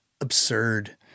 Absurd